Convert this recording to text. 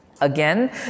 Again